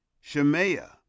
Shemaiah